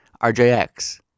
RJX